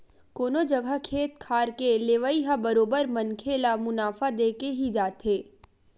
कोनो जघा खेत खार के लेवई ह बरोबर मनखे ल मुनाफा देके ही जाथे